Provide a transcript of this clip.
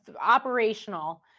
operational